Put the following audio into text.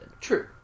true